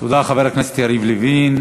תודה, חבר הכנסת יריב לוין.